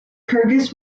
kyrgyz